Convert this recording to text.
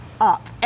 up